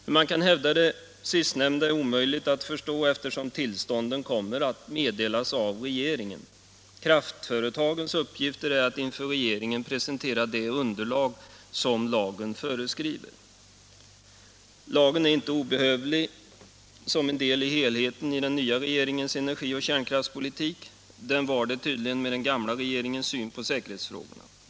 Hur man kan hävda det sistnämnda är omöjligt att förstå, eftersom tillstånden kommer att meddelas av regeringen. Kraftföretagens uppgift är att inför regeringen presentera det underlag som lagen föreskriver. Lagen är inte obehövlig som en del i helheten i den nya regeringens energioch kärnkraftspolitik. Den var det tydligen med den gamla regeringens syn på säkerhetsfrågorna.